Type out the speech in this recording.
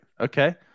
Okay